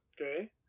okay